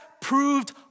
proved